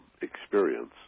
experience